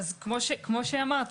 כפי שאמרת,